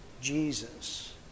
Jesus